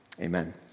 amen